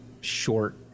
short